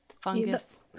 Fungus